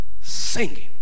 singing